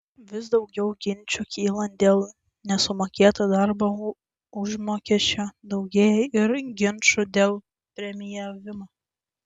vis daugiau ginčų kylant dėl nesumokėto darbo užmokesčio daugėja ir ginčų dėl premijavimo